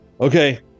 okay